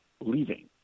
leaving